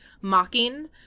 mocking